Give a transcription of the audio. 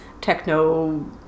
techno